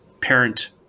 parent